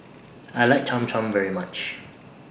I like Cham Cham very much